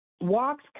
walks